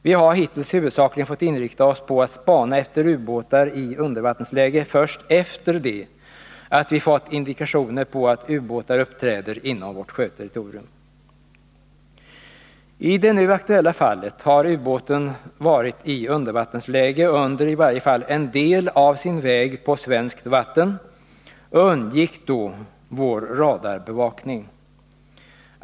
Vi har hittills huvudsakligen fått inrikta oss på att spana efter ubåtar i undervattensläge först efter det att vi fått indikationer på att ubåtar uppträder inom vårt sjöterritorium. I det nu aktuella fallet har ubåten varit i undervattensläge under i varje fall en del av sin väg på svenskt vatten och undgick då vår radarbevakning.